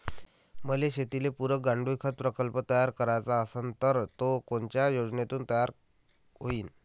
मले शेतीले पुरक गांडूळखत प्रकल्प तयार करायचा असन तर तो कोनच्या योजनेतून तयार होईन?